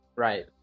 Right